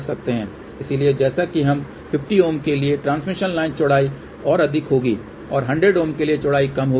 इसलिए जैसा कि हम 50 Ω के लिए ट्रांसमिशन लाइन चौड़ाई और अधिक होगी और 100 Ω के लिए चौड़ाई कम होगी